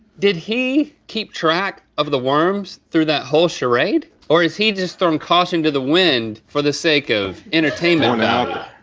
did he keep track of the worms through that whole charade, or is he just throwing caution to the wind for the sake of entertainment value?